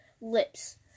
lips